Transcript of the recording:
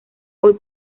hoy